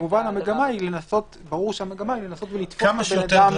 --- כמובן ברור שהמגמה היא לנסות ולתפוס בן אדם -- כמה שיותר דרכים.